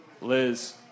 Liz